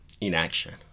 inaction